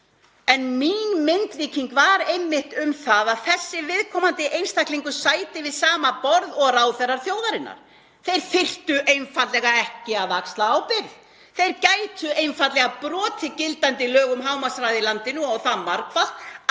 En mín myndlíking var einmitt um það að þessi viðkomandi einstaklingur sæti við sama borð og ráðherrar þjóðarinnar, þeir þyrftu einfaldlega ekki að axla ábyrgð. Þeir gætu einfaldlega brotið gildandi lög um hámarkshraða í landinu og það margfalt